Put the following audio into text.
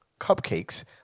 cupcakes